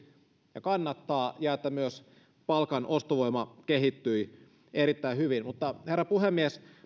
ja kannattaa ja että myös palkan ostovoima kehittyi erittäin hyvin herra puhemies